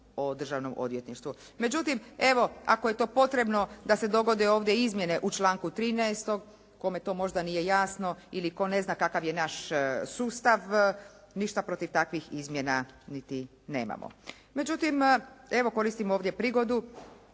o državnom odvjetništvu. Međutim, evo ako je to potrebno da se dogode ovdje izmjene u članku 13. kome to možda nije jasno, ili tko ne zna kakav je naš sustav, ništa protiv takvih izmjena niti nemamo. Međutim, evo koristim ovdje prigodu